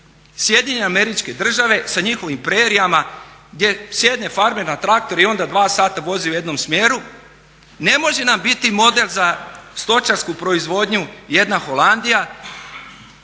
Sjedinjene Američke Države sa njihovim prerijama gdje sjedne farmer na traktor i onda dva sata vozi u jednom smjeru. Ne može nam biti model za stočarsku proizvodnju jedna Holandija